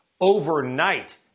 overnight